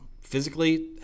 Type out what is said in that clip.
physically